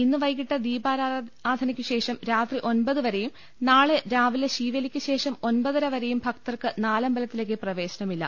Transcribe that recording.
ഇന്ന് വൈകിട്ട് ദീപാരാധനയ്ക്കുശേഷം രാത്രി ഒമ്പതു വരെയും നാളെ രാവിലെ ശീവേലിക്ക് ശേഷം ഒമ്പതര വരെയും ഭക്തർക്ക് നാലമ്പലത്തിലേക്ക് പ്രവേശനമില്ല